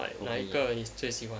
probably